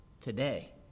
today